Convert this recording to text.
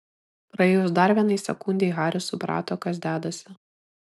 praėjus dar vienai sekundei haris suprato kas dedasi